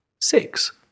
Six